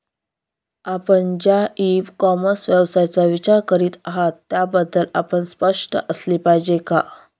आपण ज्या e commerce व्यवसायाचा विचार करीत आहात त्याबद्दल आपण स्पष्ट असले पाहिजे का?